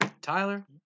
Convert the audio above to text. Tyler